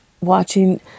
watching